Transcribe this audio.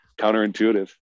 Counterintuitive